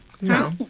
No